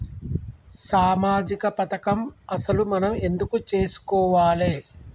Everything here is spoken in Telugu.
సామాజిక పథకం అసలు మనం ఎందుకు చేస్కోవాలే?